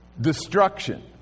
destruction